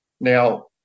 Now